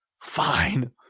Fine